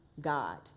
God